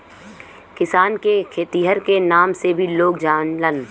किसान के खेतिहर के नाम से भी लोग जानलन